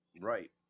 right